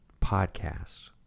podcasts